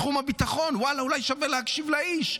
בתחום הביטחון אולי שווה להקשיב לאיש.